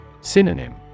Synonym